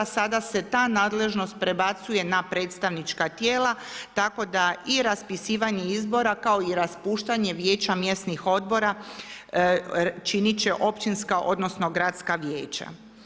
Sada se ta nadležnost prebacuje na predstavnička tijela, tako da i raspisivanje izbora kao i raspuštanje Vijeća mjesnih odbora činit će općinska, odnosno gradska vijeća.